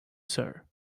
sir